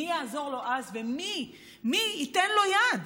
מי יעזור לו אז, ומי ייתן לו יד?